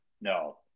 No